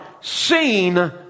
seen